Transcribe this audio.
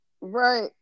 right